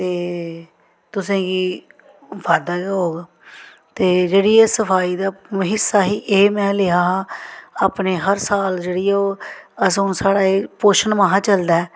ते तुसेंगी बाद्धा गै होग ते जेह्ड़ी एह् सफाई दा हिस्सा ही एह् में लेआ हा अपने हर साल जेह्ड़ी ओह् अस हून साढ़ा पोशन माह् चलदा ऐ